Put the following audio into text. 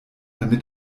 damit